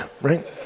right